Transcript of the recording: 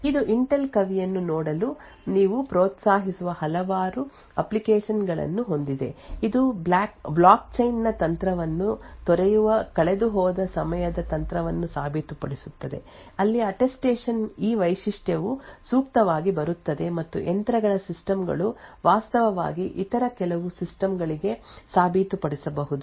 ಇದು ಇಂಟೆಲ್ ಕವಿಯನ್ನು ನೋಡಲು ನೀವು ಪ್ರೋತ್ಸಾಹಿಸುವ ಹಲವಾರು ಅಪ್ಲಿಕೇಶನ್ ಗಳನ್ನು ಹೊಂದಿದೆ ಇದು ಬ್ಲಾಕ್ ಚೈನ್ ನ ತಂತ್ರವನ್ನು ತೊರೆಯುವ ಕಳೆದುಹೋದ ಸಮಯದ ತಂತ್ರವನ್ನು ಸಾಬೀತುಪಡಿಸುತ್ತದೆ ಅಲ್ಲಿ ಅಟ್ಟೆಸ್ಟೇಷನ್ ಈ ವೈಶಿಷ್ಟ್ಯವು ಸೂಕ್ತವಾಗಿ ಬರುತ್ತದೆ ಮತ್ತು ಯಂತ್ರಗಳ ಸಿಸ್ಟಮ್ ಗಳು ವಾಸ್ತವವಾಗಿ ಇತರ ಕೆಲವು ಸಿಸ್ಟಮ್ ಗಳಿಗೆ ಸಾಬೀತುಪಡಿಸಬಹುದು